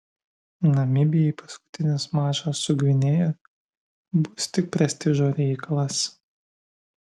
namibijai paskutinis mačas su gvinėja bus tik prestižo reikalas